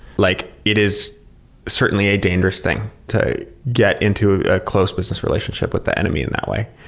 like it is certainly a dangerous thing to get into a close business relationship with the enemy in that way,